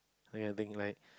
I can think like